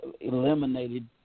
eliminated